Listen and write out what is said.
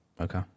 Okay